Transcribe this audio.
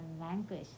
language